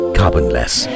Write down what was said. carbonless